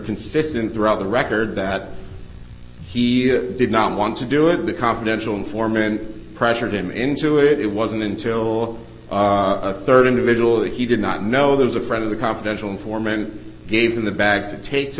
consistent throughout the record that he did not want to do it the confidential informant pressured him into it it wasn't until a third individual that he did not know there was a friend of the confidential informant gave them the bag to take to